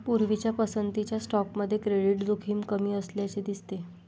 पूर्वीच्या पसंतीच्या स्टॉकमध्ये क्रेडिट जोखीम कमी असल्याचे दिसते